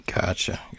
Gotcha